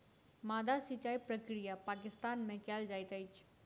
माद्दा सिचाई प्रक्रिया पाकिस्तान में कयल जाइत अछि